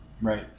Right